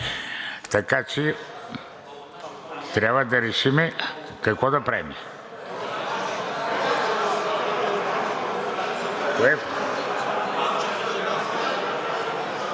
така че трябва да решим какво да правим.